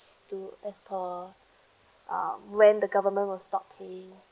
to as per uh when the government will stop paying